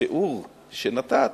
התיאור שנתת